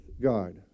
God